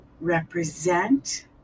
represent